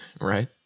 Right